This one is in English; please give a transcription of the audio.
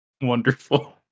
Wonderful